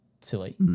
silly